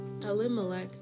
Elimelech